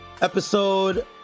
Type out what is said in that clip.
Episode